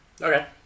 Okay